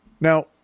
Now